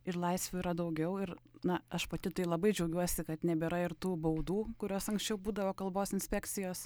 ir laisvių yra daugiau ir na aš pati tai labai džiaugiuosi kad nebėra ir tų baudų kurios anksčiau būdavo kalbos inspekcijos